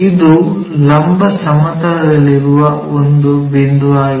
ಇದು ಲಂಬ ಸಮತಲದಲ್ಲಿರುವ ಒಂದು ಬಿಂದುವಾಗಿದೆ